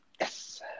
Yes